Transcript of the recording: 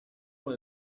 con